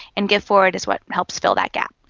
and giftforward is what helps fill that gap.